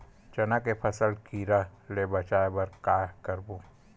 चना के फसल कीरा ले बचाय बर का करबो?